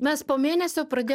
mes po mėnesio pradėjo